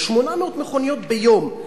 800 מכוניות ביום.